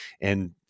And-